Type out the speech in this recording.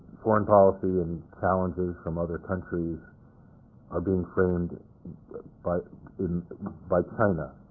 foreign policy and challenges from other countries are being framed by in by china.